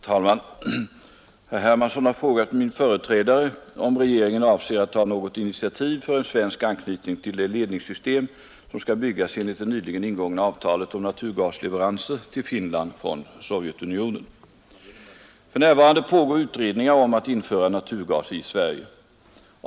Herr talman! Herr Hermansson i Stockholm har frågat min företrädare om regeringen avser att ta något initiativ för en svensk anknytning till det ledningssystem som skall byggas enligt det nyligen ingångna avtalet om naturgasleveranser till Finland från Sovjetunionen. För närvarande pågår utredningar om att införa naturgas i Sverige.